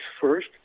first